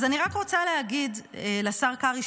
אז אני רק רוצה להגיד לשר קרעי,